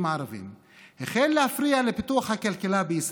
הערביים החל להפריע לפיתוח הכלכלה בישראל,